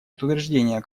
утверждения